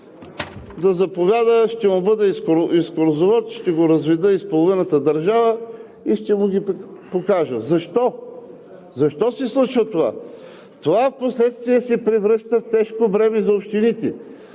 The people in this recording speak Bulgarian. да заповяда ще му бъда екскурзовод, ще го разведа из половината държава и ще му ги покажа. Защо се случва това? Това впоследствие се превръща в тежко бреме за общините,